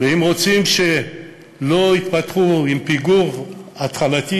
ואם רוצים שהילדים לא יתפתחו עם פיגור התחלתי